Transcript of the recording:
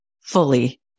fully